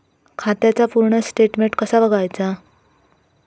खात्याचा पूर्ण स्टेटमेट कसा बगायचा?